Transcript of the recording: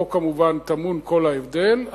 פה כמובן טמון כל ההבדל,